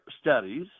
studies